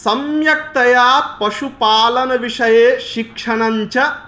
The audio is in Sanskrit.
सम्यक्तया पशुपालनविषये शिक्षणं च